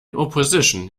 opposition